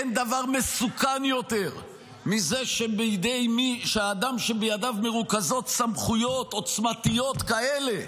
אין דבר מסוכן יותר מזה שהאדם שבידיו מרוכזות סמכויות עוצמתיות כאלה,